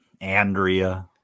Andrea